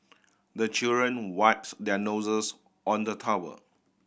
the children wipes their noses on the towel